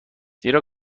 زیرا